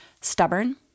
stubborn